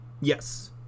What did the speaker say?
Yes